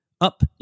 up